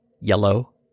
yellow